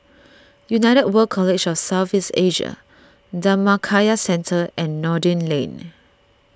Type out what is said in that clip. United World College of South East Asia Dhammakaya Centre and Noordin Lane